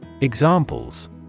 Examples